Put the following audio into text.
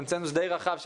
היה קונצנזוס די רחב,